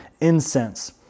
incense